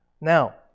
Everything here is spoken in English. Now